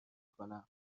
کنم